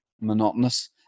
monotonous